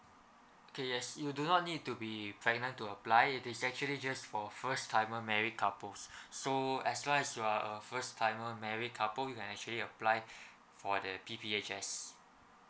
okay yes you do not need to be parent to apply it is actually just for first timer married couples so as long as you are a first timer married couple you can actually apply for the P_P_H_S